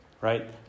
Right